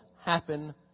happen